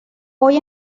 hoy